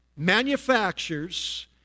manufacturers